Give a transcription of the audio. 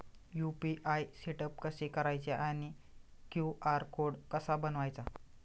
UPI setup कसे करायचे आणि क्यू.आर कोड कसा बनवायचा?